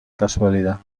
casualidad